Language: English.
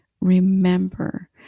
remember